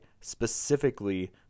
specifically